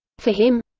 for him?